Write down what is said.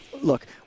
look